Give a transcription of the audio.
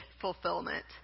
fulfillment